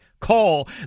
call